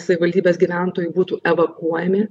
savivaldybės gyventojų būtų evakuojami